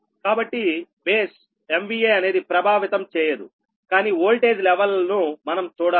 కాబట్టి base MVA అనేది ప్రభావితం చేయదుకానీ ఓల్టేజ్ లెవెల్ ను మనం చూడాలి